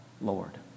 Lord